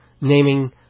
naming